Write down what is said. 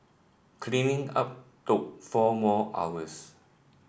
cleaning up took four more hours